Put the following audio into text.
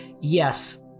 Yes